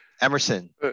Emerson